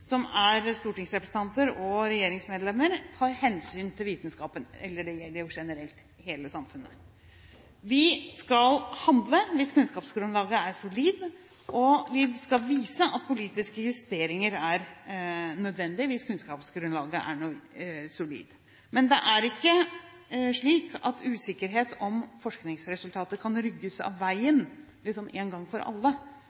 som stortingsrepresentanter og regjeringsmedlemmer tar hensyn til vitenskapen – det gjelder jo generelt hele samfunnet. Vi skal handle hvis kunnskapsgrunnlaget er solid, og vi skal vise at politiske justeringer er nødvendig hvis kunnskapsgrunnlaget er solid. Men det er ikke slik at usikkerhet om forskningsresultater kan ryddes av